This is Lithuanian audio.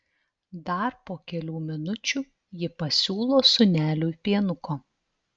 dar po kelių minučių ji pasiūlo sūneliui pienuko